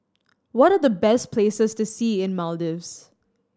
what are the best places to see in Maldives